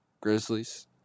Grizzlies